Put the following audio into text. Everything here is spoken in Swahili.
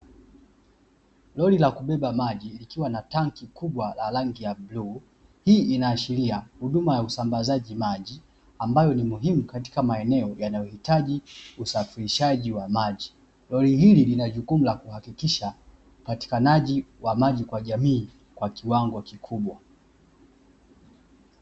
Lori la kubeba maji likiwa na tanki kubwa la rangi ya bluu, hii inaashiria huduma ya usambazaji maji ambayo ni muhimu katika maeneo yanayohitaji usafirishaji wa maji, lori hili lina jukumu la kuhakikisha upatikanaji wa maji kwa jamii kwa kiwango kikubwa.